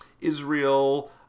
Israel